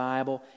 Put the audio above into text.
Bible